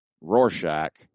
Rorschach